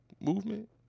movement